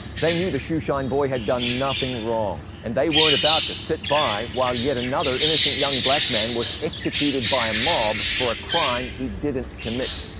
they knew the shoeshine boy had done nothing wrong, and they weren't about to sit by while yet another innocent young black man was executed by a mob for a crime he didn't commit.